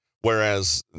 whereas